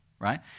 Right